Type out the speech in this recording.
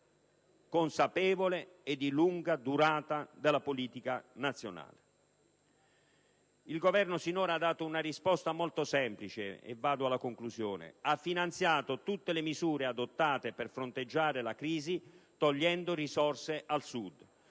consapevole e di lunga durata della politica nazionale. Il Governo sinora ha dato una risposta semplice: ha finanziato tutte le misure adottate per fronteggiare la crisi togliendo risorse al Sud